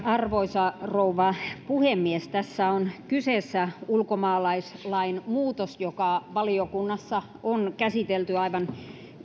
arvoisa rouva puhemies tässä on kyseessä ulkomaalaislain muutos joka valiokunnassa on käsitelty aivan